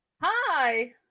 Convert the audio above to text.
Hi